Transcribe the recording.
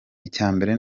icyambere